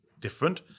different